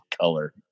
color